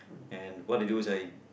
and what they do is I